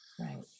Right